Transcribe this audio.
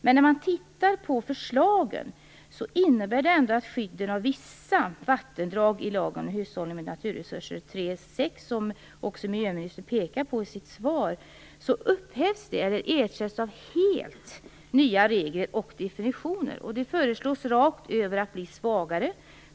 När man tittar på förslagen ser man att de innebär att skydden av vissa vattendrag i lagen om hushållning med naturresurser 3:6, som också miljöministern pekar på i sitt svar, upphävs eller ersätts av helt nya regler och definitioner. Det föreslås rakt över bli svagare.